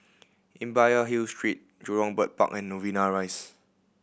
Imbiah Hill Street Jurong Bird Park and Novena Rise